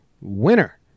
winner